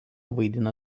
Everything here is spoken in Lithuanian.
vaidina